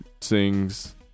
sings